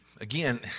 again